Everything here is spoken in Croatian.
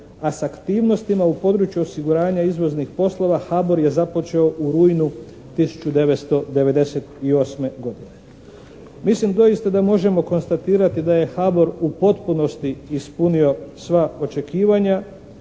a s aktivnostima u području osiguranja izvoznih poslova Habor je započeo u rujnu 1998. godine. Mislim doista da možemo konstatirati da je Habor u potpunosti ispunio sva očekivanja,